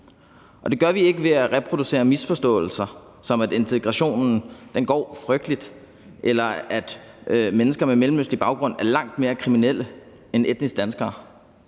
Det gør vi ikke ved at reproducere misforståelser som, at det går frygteligt med integrationen, eller at mennesker med mellemøstlig baggrund er langt mere kriminelle end etniske danskere,